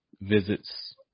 visits